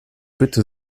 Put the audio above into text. bitte